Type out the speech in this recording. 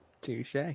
touche